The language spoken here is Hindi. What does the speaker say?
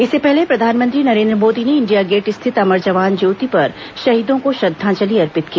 इससे पहले प्रधानमंत्री नरेन्द्र मोदी ने इंडिया गेट स्थित अमर जवान ज्योति पर शहीदों को श्रद्वांजलि अर्पित की